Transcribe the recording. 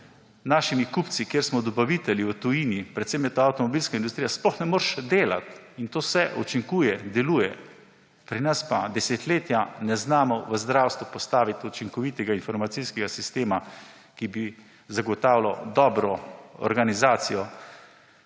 našimi kupci, kjer smo dobavitelji v tujini, predvsem je ta avtomobilska industrija, sploh ne moreš delati. To vse učinkuje, deluje. Pri nas pa desetletja ne znamo v zdravstvu postaviti učinkovitega informacijskega sistema, ki bi zagotavljal dobro organizacijo